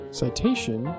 citation